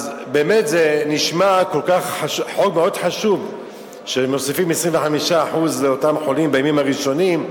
באמת זה נשמע חוק מאוד חשוב שמוסיפים 25% לאותם חולים בימים הראשונים.